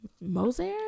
Mozart